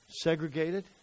segregated